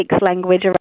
language